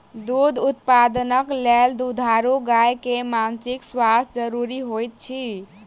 दूध उत्पादनक लेल दुधारू गाय के मानसिक स्वास्थ्य ज़रूरी होइत अछि